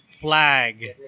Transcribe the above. flag